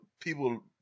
people